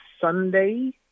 Sunday